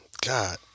God